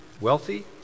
wealthy